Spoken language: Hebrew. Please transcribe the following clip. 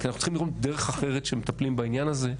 רק אנחנו צריכים לראות דרך אחרת שמטפלים בעניין הזה,